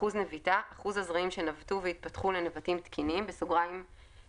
""אחוז נביטה" אחוז הזרעים שנבטו והתפתחו לנבטים תקינים (Normal